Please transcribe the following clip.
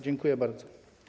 Dziękuję bardzo.